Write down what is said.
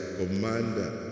commander